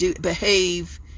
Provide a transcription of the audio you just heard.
behave